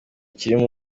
kiri